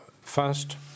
First